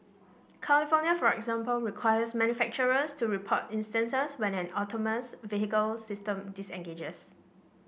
California for example requires manufacturers to report instances when an autonomous vehicle system disengages